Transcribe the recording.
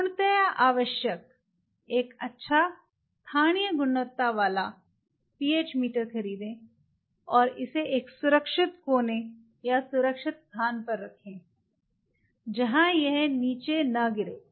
पूर्णतया आवश्यक एक अच्छा स्थानीय गुणवत्ता वाला pH मीटर खरीदें और इसे एक सुरक्षित कोने या सुरक्षित स्थान पर रखें जहां यह नीचे न गिरे